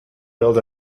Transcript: build